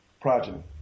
progeny